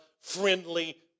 friendly